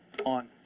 on